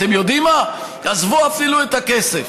אתם יודעים מה, אפילו עזבו את הכסף,